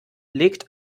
legt